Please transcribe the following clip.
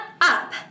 up